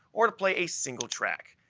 or to play a single track.